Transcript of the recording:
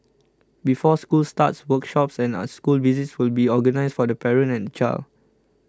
before school starts workshops and are school visits will be organised for the parent and child